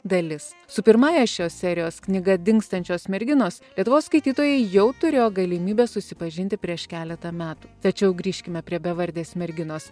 dalis su pirmąja šios serijos knyga dingstančios merginos lietuvos skaitytojai jau turėjo galimybę susipažinti prieš keletą metų tačiau grįžkime prie bevardės merginos